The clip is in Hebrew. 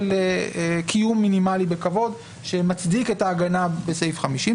קיום מינימלי בכבוד שמצדיק את ההגנה בסעיף 50,